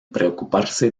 preocuparse